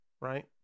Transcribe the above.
right